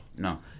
No